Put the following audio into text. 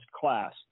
class